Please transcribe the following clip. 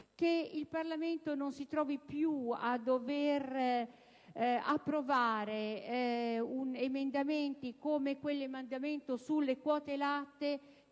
che il Parlamento non si trovi più a dover approvare emendamenti come quello sulle quote latte,